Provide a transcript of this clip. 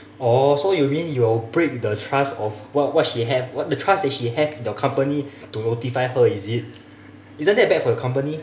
oh so you mean you'll break the trust of what what she have what the trust that she have with your company to notify her is it isn't that bad for your company